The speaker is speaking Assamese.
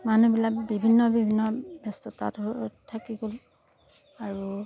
মানুহবিলাক বিভিন্ন বিভিন্ন ব্যস্ততাত থাকি গ'ল আৰু